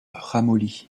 ramolli